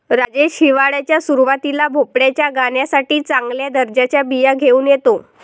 राजेश हिवाळ्याच्या सुरुवातीला भोपळ्याच्या गाण्यासाठी चांगल्या दर्जाच्या बिया घेऊन येतो